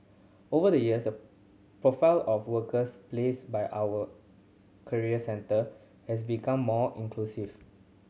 over the years the profile of workers placed by our career centre has become more inclusive